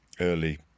early